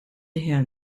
him